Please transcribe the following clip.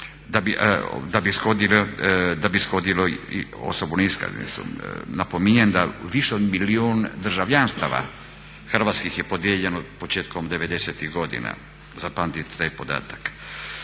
da bi ishodilo osobnu iskaznicu. Napominjem da više od milijun državljanstava hrvatskih je podijeljeno početkom '90.-ih godina. Zapamtite taj podatak.